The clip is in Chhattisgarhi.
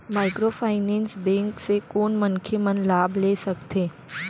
माइक्रोफाइनेंस बैंक से कोन मनखे मन लाभ ले सकथे?